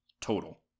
total